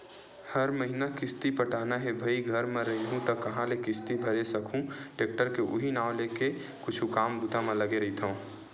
हर महिना किस्ती पटाना हे भई घर म रइहूँ त काँहा ले किस्ती भरे सकहूं टेक्टर के उहीं नांव लेके कुछु काम बूता म लगे रहिथव